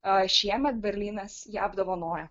aa šiemet berlynas ją apdovanoja